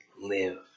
live